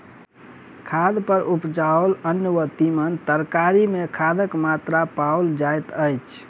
खाद पर उपजाओल अन्न वा तीमन तरकारी मे खादक मात्रा पाओल जाइत अछि